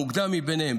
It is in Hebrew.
המוקדם מביניהם.